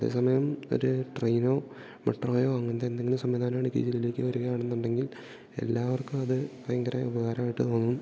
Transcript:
അതെ സമയം ഒര് ട്രെയിനോ മെട്രോയോ അങ്ങനത്തെ എന്തെങ്കിലും സംവിധാനം ഇടുക്കി ജില്ലയിലേക്ക് വരികയാണെന്ന് ഉണ്ടെങ്കിൽ എല്ലാവർക്കും അത് ഭയങ്കര ഉപകാരമായിട്ട് തോന്നും